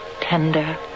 tender